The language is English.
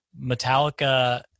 Metallica